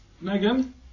Megan